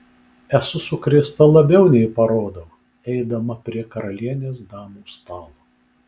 esu sukrėsta labiau nei parodau eidama prie karalienės damų stalo